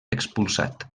expulsat